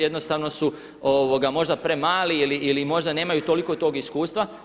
Jednostavno su možda premali ili možda nemaju toliko tog iskustva.